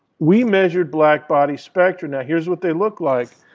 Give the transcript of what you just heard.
we measured blackbody spectrum. here's what they look like.